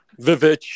Vivitch